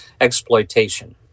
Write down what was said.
exploitation